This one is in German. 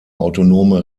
autonome